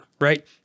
right